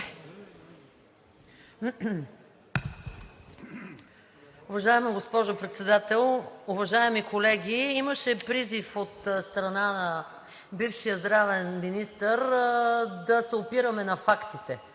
Уважаема госпожо Председател, уважаеми колеги! Имаше призив от страна на бившия здравен министър да се опираме на фактите.